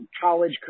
college